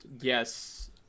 yes